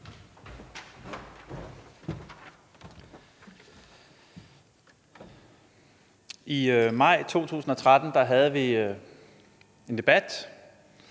I maj 2013 havde vi en